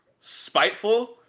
spiteful